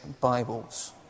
Bibles